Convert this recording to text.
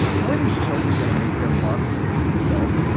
how are these children going to make their mark when they become adults?